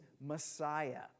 Messiah